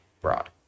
broad